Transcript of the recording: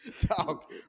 Talk